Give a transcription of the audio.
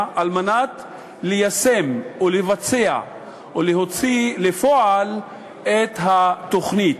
וביישום או בהוצאה לפועל של התוכנית.